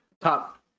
top